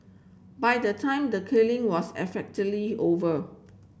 by the time the killing was effectively over